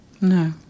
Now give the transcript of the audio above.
No